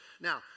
Now